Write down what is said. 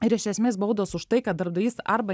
ir iš esmės baudos už tai kad darbdavys arba